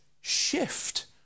shift